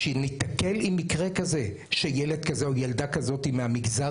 כשניתקל עם מקרה כזה שילד כזה או ילדה כזאת מהמגזר